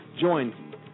Join